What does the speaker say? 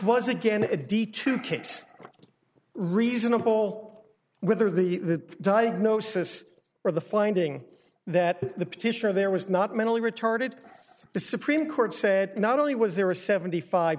was again a d two case reasonable whether the diagnosis or the finding that the petitioner there was not mentally retarded the supreme court said not only was there a seventy five